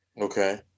Okay